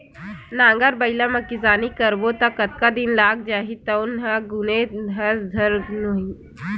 नांगर बइला म किसानी करबो त कतका दिन लाग जही तउनो ल गुने हस धुन नइ